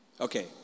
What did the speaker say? Okay